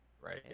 right